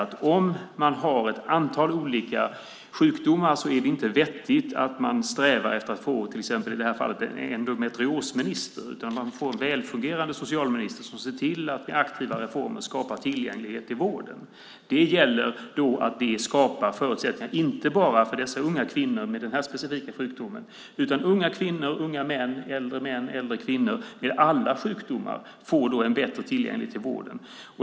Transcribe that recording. Om det handlar om ett antal olika sjukdomar är det inte vettigt att sträva efter att få till exempel, i det här fallet, en endometriosminister, utan man bör ha en välfungerande socialminister som genom aktiva reformer ser till att skapa tillgänglighet till vården. Det gäller att vi skapar förutsättningar inte bara för dessa unga kvinnor med den här specifika sjukdomen utan för unga kvinnor, unga män, äldre män och äldre kvinnor med alla sjukdomar. De får då en bättre tillgänglighet till vården.